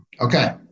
Okay